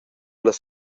las